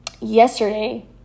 yesterday